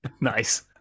Nice